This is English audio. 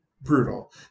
brutal